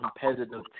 competitive